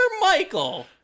Michael